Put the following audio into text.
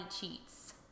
cheats